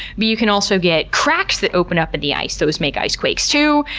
but you can also get cracks that open up at the ice. those make ice quakes, too.